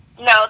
No